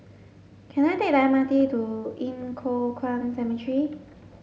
can I take the M R T to Yin Foh Kuan Cemetery